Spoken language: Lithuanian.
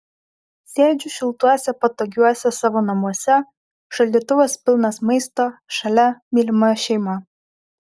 sėdžiu šiltuose patogiuose savo namuose šaldytuvas pilnas maisto šalia mylima šeima